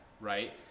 right